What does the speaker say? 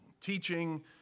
teaching